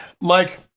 Mike